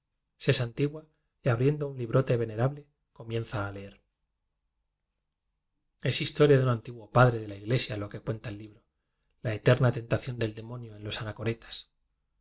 y abriendo un libróte venerable comienza a leer es historia de un antiguo padre de la iglesia lo que cuenta el libro la eterna tentación del demonio en los